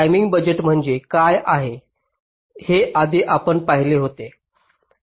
timing budget म्हणजे काय हे आधी आपण पाहिले होते